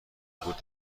بود